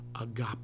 agape